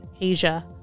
asia